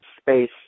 space